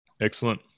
Excellent